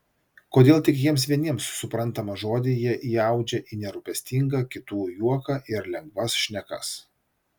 kodėl tik jiems vieniems suprantamą žodį jie įaudžia į nerūpestingą kitų juoką ir lengvas šnekas